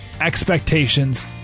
expectations